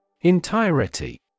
Entirety